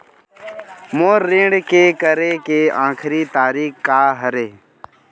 मोर ऋण के करे के आखिरी तारीक का हरे?